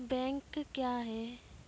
Bank क्या हैं?